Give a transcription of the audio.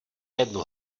jednu